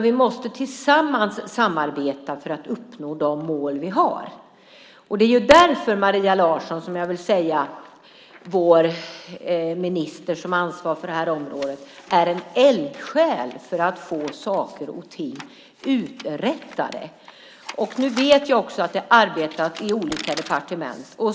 Vi måste tillsammans samarbeta för att uppnå de mål vi har. Det är därför jag vill säga att Maria Larsson, vår minister som har ansvar för det här området, är en eldsjäl när det gäller att få saker och ting uträttade. Jag vet att det arbetas i olika departement.